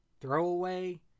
throwaway